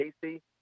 Casey